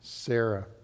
Sarah